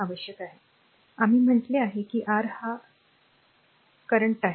आम्ही म्हटले आहे कि R हा करंट आहे